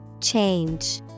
Change